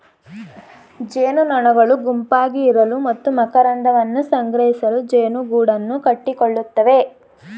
ಜೇನುನೊಣಗಳು ಗುಂಪಾಗಿ ಇರಲು ಮತ್ತು ಮಕರಂದವನ್ನು ಸಂಗ್ರಹಿಸಲು ಜೇನುಗೂಡನ್ನು ಕಟ್ಟಿಕೊಳ್ಳುತ್ತವೆ